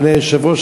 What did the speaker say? אדוני היושב-ראש,